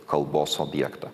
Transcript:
kalbos objektą